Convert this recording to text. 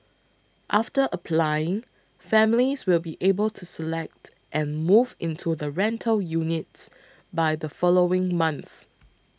after applying families will be able to select and move into the rental units by the following month